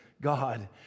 God